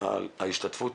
על ההשתתפות.